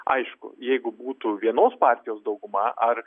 aišku jeigu būtų vienos partijos dauguma ar